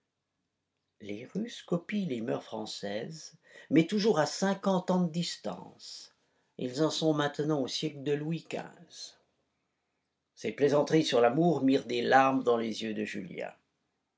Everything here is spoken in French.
les russes copient les moeurs françaises mais toujours à cinquante ans de distance ils en sont maintenant au siècle de louis xv ces plaisanteries sur l'amour mirent des larmes dans les yeux de julien